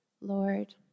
Lord